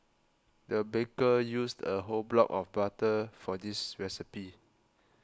the baker used a whole block of butter for this recipe